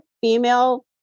female